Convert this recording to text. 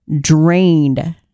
drained